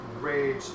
Rage